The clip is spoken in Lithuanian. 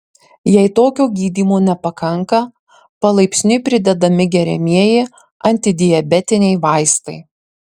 jei tokio gydymo nepakanka palaipsniui pridedami geriamieji antidiabetiniai vaistai